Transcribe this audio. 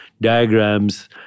diagrams